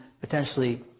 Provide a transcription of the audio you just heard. potentially